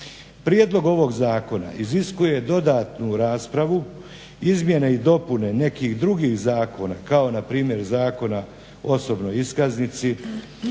Prijedlog ovog zakona iziskuje dodatnu raspravu izmjene i dopune nekih drugih zakona kao npr. Zakona o osobnoj iskaznici